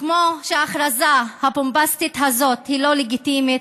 כמו שההכרזה הבומבסטית הזאת היא לא לגיטימית,